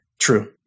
True